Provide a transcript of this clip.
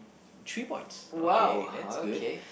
three points okay that's good